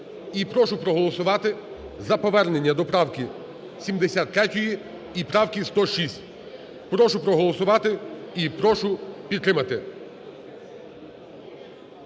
і прошу проголосувати за повернення до правки 73 і правки 106. Прошу проголосувати. І прошу підтримати.